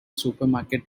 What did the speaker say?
supermarket